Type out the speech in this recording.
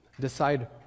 decide